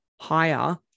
higher